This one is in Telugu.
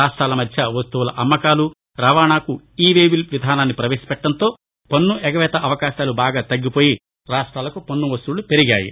రాష్టాలమధ్య వస్తువుల అమ్మకాలు రవాణాకు ఈ వేబిల్ విధానాన్ని ప్రపేశపెట్టడంతో పన్ను ఎగవేత అవకాశాలు బాగాతగ్గిపోయి రాష్టాలకు పన్ను వసూళ్ళు పెరిగాయి